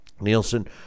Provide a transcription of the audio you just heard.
Nielsen